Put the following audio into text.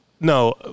No